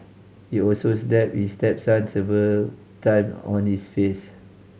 he also stepped his stepson several time on his face